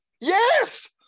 Yes